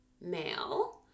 male